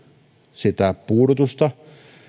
sitä puudutusta